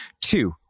two